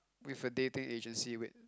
with a dating agency wait